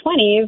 20s